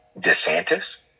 DeSantis